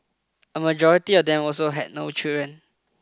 a majority of them also had no children